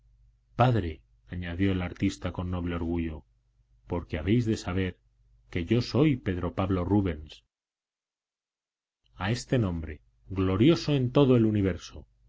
padre añadió el artista con noble orgullo porque habéis de saber que yo soy pedro pablo rubens a este nombre glorioso en todo el universo